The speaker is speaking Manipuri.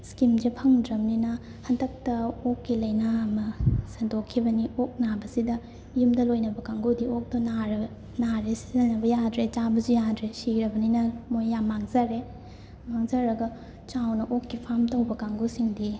ꯁ꯭ꯀꯤꯝꯁꯦ ꯐꯪꯗ꯭ꯔꯕꯅꯤꯅ ꯍꯟꯇꯛꯇ ꯑꯣꯛꯀꯤ ꯂꯥꯏꯅꯥ ꯑꯃ ꯁꯟꯗꯣꯛꯈꯤꯕꯅꯤ ꯑꯣꯛ ꯅꯥꯕꯁꯤꯗ ꯌꯨꯝꯗ ꯂꯣꯏꯅꯕ ꯀꯥꯡꯕꯨꯗꯤ ꯑꯣꯛꯇꯣ ꯅꯥꯔꯒ ꯅꯥꯔꯦ ꯁꯤꯖꯤꯟꯅꯕ ꯌꯥꯗ꯭ꯔꯦ ꯆꯥꯕꯁꯨ ꯌꯥꯗ꯭ꯔꯦ ꯁꯤꯔꯕꯅꯤꯅ ꯃꯣꯏ ꯌꯥꯝ ꯃꯥꯡꯖꯔꯦ ꯃꯥꯡꯖꯔꯒ ꯆꯥꯎꯅ ꯑꯣꯛꯀꯤ ꯐꯥꯝ ꯇꯧꯕ ꯀꯥꯡꯕꯨꯁꯤꯡꯗꯤ